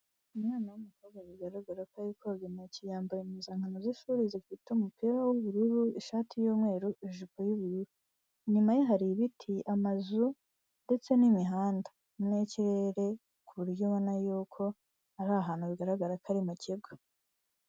Umwana w'umukobwa bigaragara ko ari koga intoki, yambaye impuzankano z'ishuri zifite umupira w'ubururu, ishati y'umweru, ijipo y'ubururu. Inyuma ye hari ibiti, amazu, ndetse n'imihanda; n'ikirere, ku buryo ubona yuko ari ahantu bigaragara ko ari mu kigo.